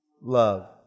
Love